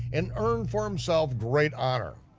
and earn for himself great honor.